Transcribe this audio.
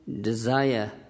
desire